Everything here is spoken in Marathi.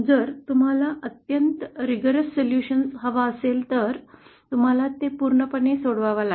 जर तुम्हाला अत्यंत काटेकोरपणे केलेला उपाय हवा असेल तर तुम्हाला ते पूर्णपणे सोडवावा लागेल